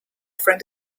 friend